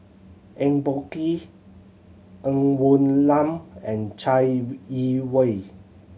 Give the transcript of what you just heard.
Eng Boh Kee Ng Woon Lam and Chai Yee Wei